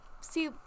See